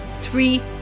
three